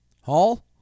Hall